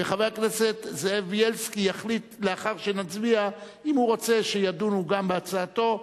וחבר הכנסת זאב בילסקי יחליט לאחר שנצביע אם הוא רוצה שידונו גם בהצעתו.